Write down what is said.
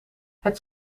het